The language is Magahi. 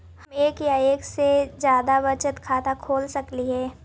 हम एक या एक से जादा बचत खाता खोल सकली हे?